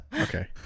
okay